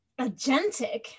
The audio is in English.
agentic